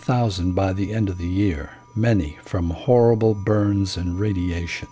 thousand by the end of the year many from the horrible burns and radiation